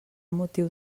motiu